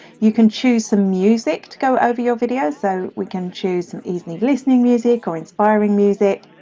you can choose some music to go over your videos, so we can choose some easily listening music or inspiring music.